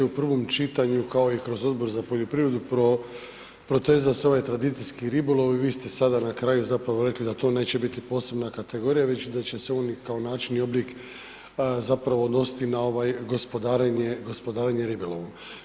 U prvom čitanju, kao i kroz Odbor za poljoprivredu protezao se ovaj tradicijski ribolov i vi ste sada na kraju zapravo rekli da to neće biti posebna kategorija već da će se oni kao način i oblik zapravo odnositi na gospodarenje ribolovom.